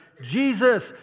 Jesus